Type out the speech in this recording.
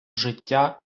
життя